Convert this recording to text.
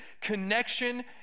connection